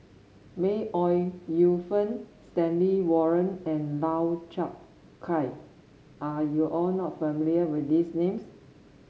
May Ooi Yu Fen Stanley Warren and Lau Chiap Khai are you or not familiar with these names